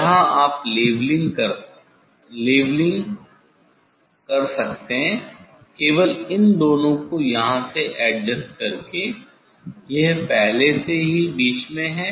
यहाँ आप लेवलिंग सकते हैं केवल इन दोनों को यहाँ से एडजस्ट करके यह पहले से ही मध्य में है